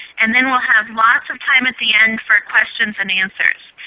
and then we'll have lots of time at the end for questions and answers.